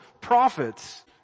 prophets